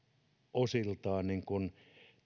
osiltaan